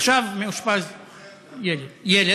עכשיו מאושפז ילד.